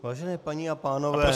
Vážené paní a pánové